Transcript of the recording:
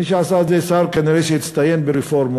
מי שעשה את זה, שר, שכנראה הצטיין ברפורמות,